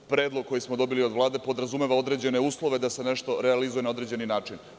Predlog koji smo dobili od Vlade podrazumeva određene uslove da se nešto realizuje na određeni način.